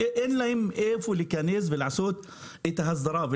אין להם איפה להיכנס ולעשות את ההסדרה.